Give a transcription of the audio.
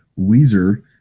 Weezer